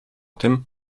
tym